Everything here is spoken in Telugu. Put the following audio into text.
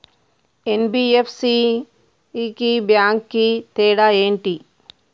ఎన్.బి.ఎఫ్.సి కి బ్యాంక్ కి తేడా ఏంటి?